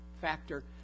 factor